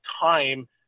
time